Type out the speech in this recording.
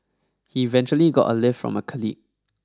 he eventually got a lift from a colleague